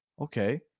Okay